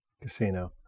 Casino